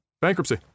bankruptcy